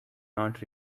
not